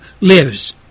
lives